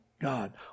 God